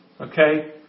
okay